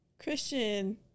Christian